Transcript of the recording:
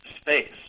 space